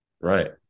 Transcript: right